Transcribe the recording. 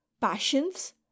Passions